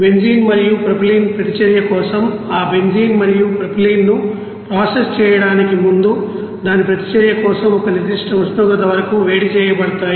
benzene మరియు propylene ప్రతిచర్య కోసం ఆ బెంజీన్ మరియు ప్రొపైలీన్ ను ప్రాసెస్ చేయడానికి ముందు దాని ప్రతిచర్య కోసం ఒక నిర్దిష్ట ఉష్ణోగ్రత వరకు వేడి చేయబడతాయి